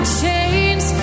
chains